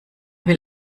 will